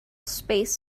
space